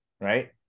right